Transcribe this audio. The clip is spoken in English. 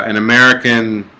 and american